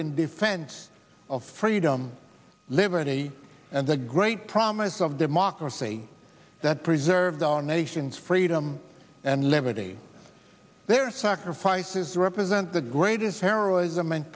in defense of freedom liberty and the great promise of democracy that preserved our nation's freedom and liberty their sacrifices represent the greatest heroism and